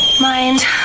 Mind